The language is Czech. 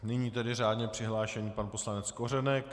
Nyní tedy řádně přihlášený pan poslanec Kořenek.